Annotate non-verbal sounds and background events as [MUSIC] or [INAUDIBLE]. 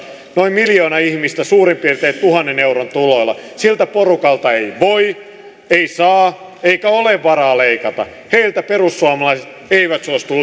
noin miljoona ihmistä suurin piirtein tuhannen euron tuloilla siltä porukalta ei voi ei saa eikä ole varaa leikata heiltä perussuomalaiset eivät suostu [UNINTELLIGIBLE]